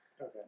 Okay